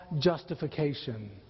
justification